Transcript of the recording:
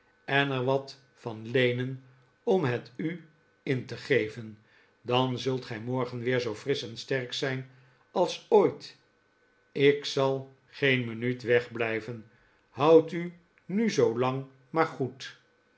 en er wat van leenen om het u in te geven dan zult gij morgen weer zoo frisch en sterk zijn als ooit ik zal geen minuut wegblijven houd u nu zoolang maar goed